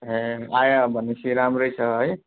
ए आय भनेपछि राम्रै छ है